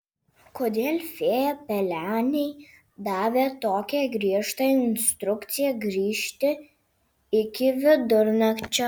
kodėl fėja pelenei davė tokią griežtą instrukciją grįžti iki vidurnakčio